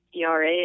ERA